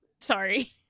Sorry